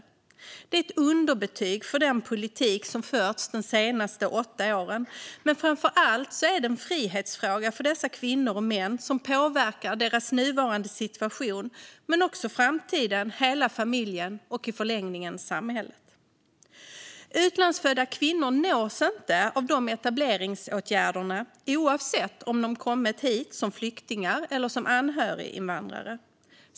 Det är ett underbetyg för den politik som förts de senaste åtta åren. Men framför allt är det en frihetsfråga för dessa kvinnor och män som påverkar deras nuvarande situation men också framtiden, hela familjer och i förlängningen samhället. Utlandsfödda kvinnor nås inte av etableringsåtgärderna oavsett om de kommit hit som flyktingar eller som anhöriginvandrare.